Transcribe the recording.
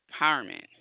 Empowerment